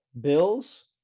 bills